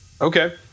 Okay